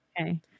Okay